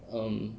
um